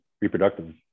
reproductive